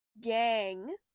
gang